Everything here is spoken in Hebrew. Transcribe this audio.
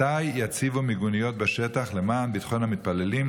מתי יציבו מיגוניות בשטח למען ביטחון המתפללים,